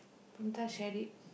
Punitha shared it